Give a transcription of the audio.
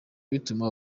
bituma